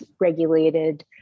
regulated